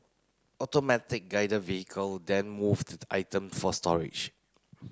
automatic Guided Vehicle then move the item for storage